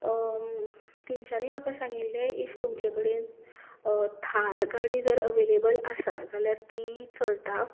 तिंच्यांनी म्हाका सांगिल्लें इफ तुमचें कडेन थार गाडी जर अवेलेबल आसा जाल्यार ती चलता